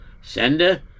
sender